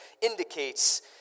indicates